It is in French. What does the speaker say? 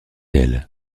elle